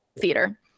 theater